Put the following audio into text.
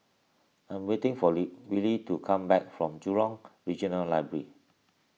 I am waiting for Willy to come back from Jurong Regional Library